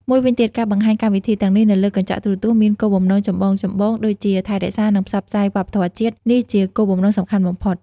មួយវិញទៀតការបង្ហាញកម្មវិធីទាំងនេះនៅលើកញ្ចក់ទូរទស្សន៍មានគោលបំណងចម្បងៗដូចជា ថែរក្សា និងផ្សព្វផ្សាយវប្បធម៌ជាតិ នេះជាគោលបំណងសំខាន់បំផុត។